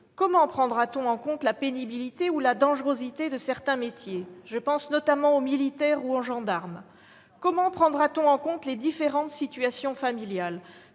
Comment prendra-t-on en compte la pénibilité ou la dangerosité de certains métiers- je pense notamment aux militaires ou aux gendarmes ? Comment prendra-t-on en compte les différentes situations familiales ?